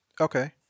Okay